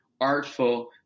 artful